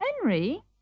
Henry